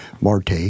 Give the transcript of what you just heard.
Marte